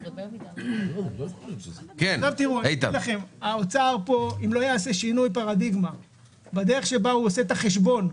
אם משרד האוצר לא יעשה שינוי פרדיגמה בדרך שבה הוא עושה את החשבון,